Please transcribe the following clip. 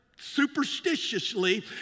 superstitiously